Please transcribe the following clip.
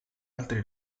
altri